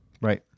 Right